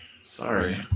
Sorry